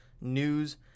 news